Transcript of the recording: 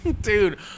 Dude